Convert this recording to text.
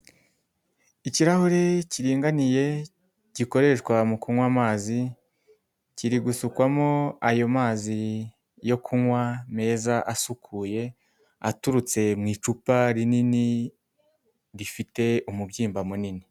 Ikirahuri kiringaniye gikoreshwa mu kunywa amazi, kiri gusukwamo ayo mazi yo kunywa meza asukuye aturutse mu icupa rinini rifite umubyimba munini.